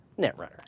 Netrunner